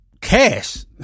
cash